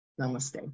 Namaste